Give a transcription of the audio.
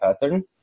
pattern